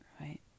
Right